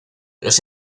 los